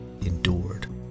endured